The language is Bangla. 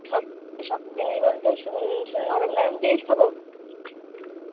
সব সব জিনিস বলতে শু শুধু নরম নরম জিনিস খাবো